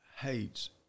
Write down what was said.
hates